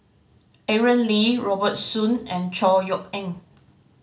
Aaron Lee Robert Soon and Chor Yeok Eng